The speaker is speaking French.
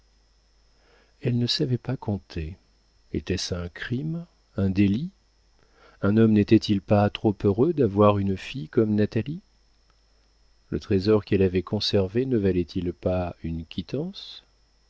elle ne savait pas compter était-ce un crime un délit un homme n'était-il pas trop heureux d'avoir une fille comme natalie le trésor qu'elle avait conservé ne valait-il pas une quittance